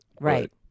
Right